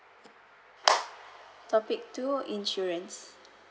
topic two insurance